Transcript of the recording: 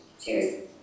Cheers